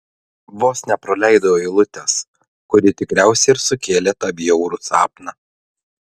vos nepraleidau eilutės kuri tikriausiai ir sukėlė tą bjaurų sapną